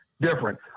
different